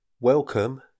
welcome